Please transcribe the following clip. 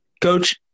Coach